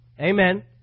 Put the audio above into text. Amen